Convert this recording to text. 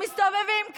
שמסתובבים כאן.